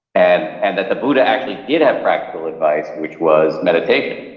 and and that the buddha actually did have practical advice, which was meditation.